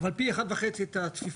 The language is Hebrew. אבל פי אחד וחצי את הצפיפות,